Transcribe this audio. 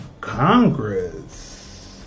Congress